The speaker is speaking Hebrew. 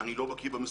אני לא בקי במספרים.